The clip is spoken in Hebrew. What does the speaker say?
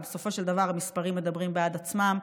אבל בסופו של דבר המספרים מדברים בעד עצמם.